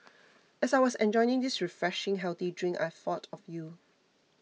as I was enjoying this refreshing healthy drink I thought of you